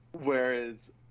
whereas